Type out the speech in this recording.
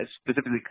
specifically